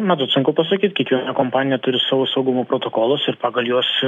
matot sunku pasakyt kiekviena kompanija turi savo saugumo protokolus ir pagal juos